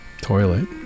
Toilet